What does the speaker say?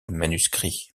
manuscrit